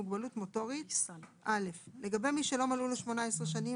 "מוגבלות מוטורית" - (א) לגבי מי שלא מלאו לו שמונה עשרה שנים